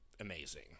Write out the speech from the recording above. amazing